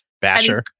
Basher